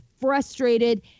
frustrated